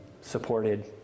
supported